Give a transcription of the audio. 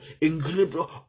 incredible